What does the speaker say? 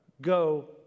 Go